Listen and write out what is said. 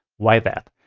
why that?